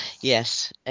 yes